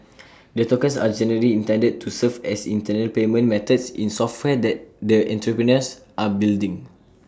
the tokens are generally intended to serve as internal payment methods in software that the entrepreneurs are building